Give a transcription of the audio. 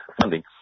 funding